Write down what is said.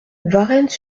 varennes